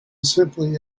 simply